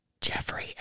Jeffrey